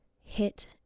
hit